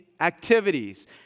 activities